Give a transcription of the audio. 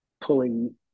pulling